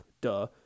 Duh